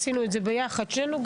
עשינו את זה ביחד שנינו,